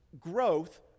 Growth